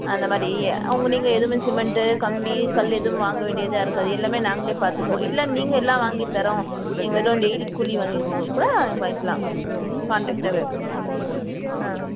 அந்தமாதிரி அவங்க நீங்கள் எதுவுமே சிமெண்ட்டு கம்பி கல் எதுவுமே வாங்க வேண்டியதாக இருக்காது எல்லாமே நாங்களே பார்த்துக்குவோம் இல்லை நீங்கள் எல்லாம் வாங்கி தர்றோம் நீங்கள் வெறும் டெய்லி கூலி வாங்கிக்கனா கூட வாங்கிக்கலாம் காண்ட்ரக்டாகவே ஆ